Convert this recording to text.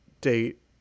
date